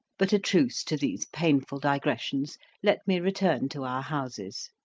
but a truce to these painful digressions let me return to our houses.